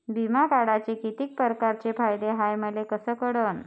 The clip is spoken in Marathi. बिमा काढाचे कितीक परकारचे फायदे हाय मले कस कळन?